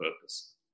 purpose